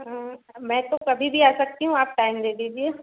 हाँ मैं तो कभी भी आ सकती हूँ आप टाइम दे दीजिए